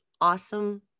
awesome